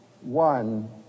one